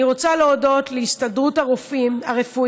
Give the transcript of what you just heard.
אני רוצה להודות להסתדרות הרפואית,